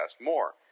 more